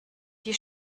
die